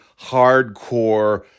hardcore